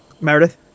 Meredith